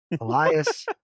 Elias